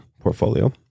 portfolio